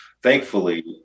thankfully